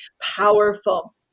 powerful